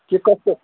के कसो